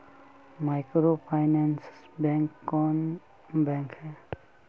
Microfinance bank कौन bank है?